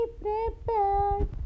prepared